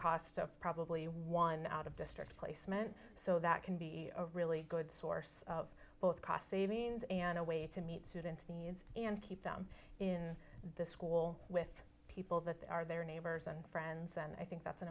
cost of probably one out of district placement so that can be a really good source of both cost savings and a way to meet students needs and keep them in the school with people that are their neighbors and friends and i think that's an